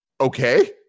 Okay